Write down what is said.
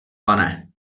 pane